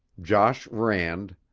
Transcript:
josh rand,